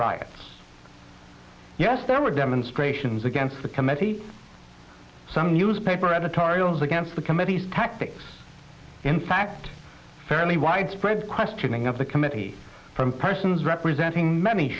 riots yes there were demonstrations against the committee some newspaper editorials against the committee's tactics in fact fairly widespread questioning of the committee from persons representing many